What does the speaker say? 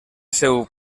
seu